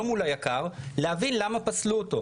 לא מול היק"ר להבין למה פסלו אותו.